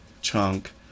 chunk